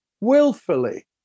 willfully